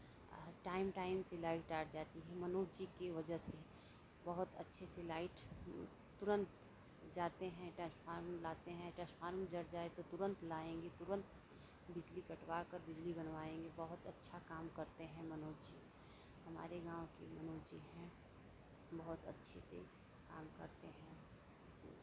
are time time से light और जाती है मनोज जी के वजह से बहुत अच्छे से लाइट तुरंत जाते हैं ट्रांसफार्मर लाते हैं ट्रांसफार्मर जल जाये तो तुरंत लाएंगे तुरंत बिजली कटवा कर बिजली बनवायेंगे बोहोत अच्छा काम करते हैं मनोज जी हमारे गांव के मनोज जी हैं बहुत अच्छे से काम करते हैं